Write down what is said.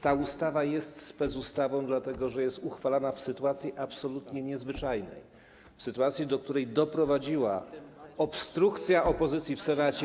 Ta ustawa jest specustawą, dlatego że jest uchwalana w sytuacji absolutnie niezwyczajnej, w sytuacji, do której doprowadziła obstrukcja opozycji w Senacie.